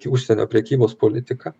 užsienio prekybos politiką